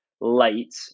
late